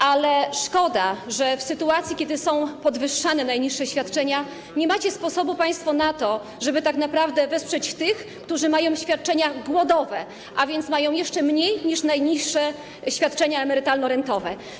Ale szkoda, że w sytuacji kiedy są podwyższane najniższe świadczenia, nie macie sposobu państwo na to, żeby wesprzeć tych, który mają tak naprawdę świadczenia głodowe, a więc mają jeszcze mniej, niż wynoszą najniższe świadczenia emerytalno-rentowe.